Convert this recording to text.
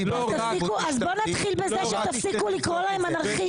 בוא נתחיל בזה שתפסיקו לקרוא להם אנרכיסטים.